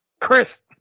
Chris